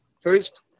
first